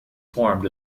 formed